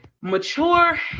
mature